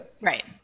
right